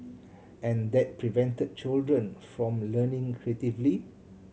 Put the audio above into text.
and that prevent children from learning creatively